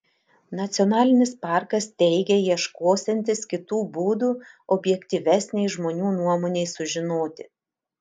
nacionalinis parkas teigia ieškosiantis kitų būdų objektyvesnei žmonių nuomonei sužinoti